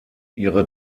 ihre